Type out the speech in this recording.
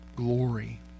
glory